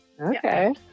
Okay